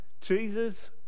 Jesus